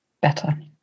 better